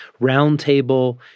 roundtable